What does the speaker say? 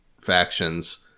factions